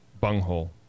bunghole